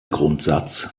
grundsatz